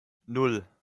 nan